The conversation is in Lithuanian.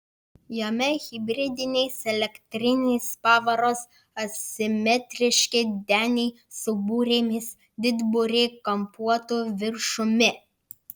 jame hibridinės elektrinės pavaros asimetriški deniai su burėmis didburė kampuotu viršumi